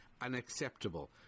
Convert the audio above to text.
unacceptable